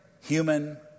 human